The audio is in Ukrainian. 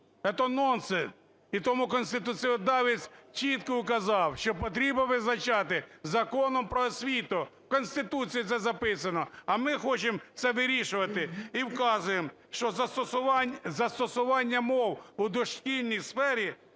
Это нонсенс. І тому конституціодавець чітко указав, що потрібно визначати Законом "Про освіту". В Конституції це записано. А ми хочемо це вирішувати і вказуємо, що застосування мов у дошкільній сфері